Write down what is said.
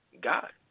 God